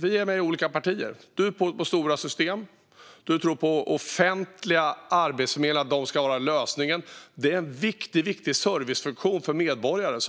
Vi är med i olika partier. Du tror på stora system och att offentliga arbetsförmedlare är lösningen. Det är en viktig servicefunktion för kämpande medborgare,